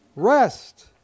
Rest